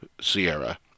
Sierra